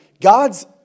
God's